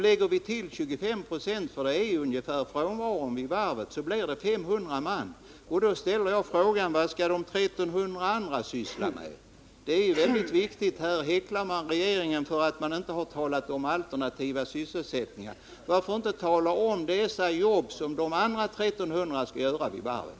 Lägger vi till 25 96 — motsvarande den ungefärliga frånvaron vid varvet — så blir det 500 man. Då frågar jag: Vad skall de 1 300 andra syssla med? Här häcklar man regeringen för att den inte har talat om alternativa sysselsättningar. Varför inte tala om de jobb som de andra 1 300 skall utföra vid varvet?